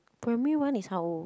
primary one is how old